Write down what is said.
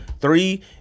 Three